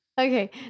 okay